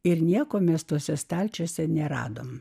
ir nieko mes tuose stalčiuose neradome